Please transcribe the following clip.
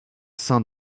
sien